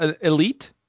elite